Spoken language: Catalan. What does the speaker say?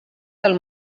del